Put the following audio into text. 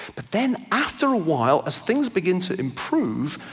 but then after a while as things begin to improve,